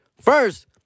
First